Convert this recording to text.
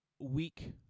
week